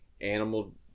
animal